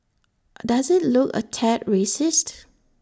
does IT look A tad racist